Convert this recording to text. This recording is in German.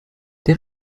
der